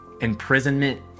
imprisonment